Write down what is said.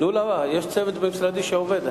תנו, יש צוות בין-משרדי שעובד.